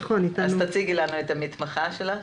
תציגי לנו את המתמחה שלך.